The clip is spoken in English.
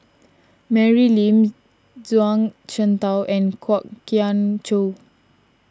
Mary Lim Zhuang Shengtao and Kwok Kian Chow